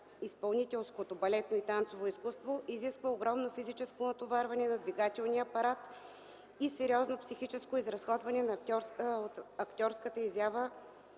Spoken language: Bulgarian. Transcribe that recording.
изпълнителското – балетно и танцово, изкуство, изисква огромно физическо натоварване на двигателния апарат и сериозно психическо изразходване от актьорската изява